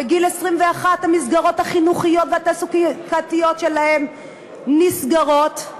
בגיל 21 המסגרות החינוכיות והתעסוקתיות שלהם נסגרות,